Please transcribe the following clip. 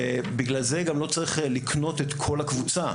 ובגלל זה גם לא צריך לקנות את כל הקבוצה.